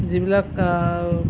যিবিলাক